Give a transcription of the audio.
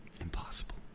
impossible